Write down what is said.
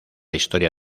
historia